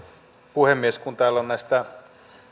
puhemies kun täällä on näistä